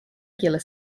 regular